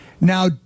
Now